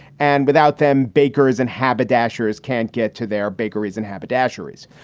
and without them, bakers and haberdashers can't get to their bakeries in haberdashers.